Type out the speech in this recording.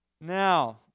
Now